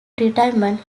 retirement